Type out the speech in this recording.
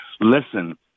Listen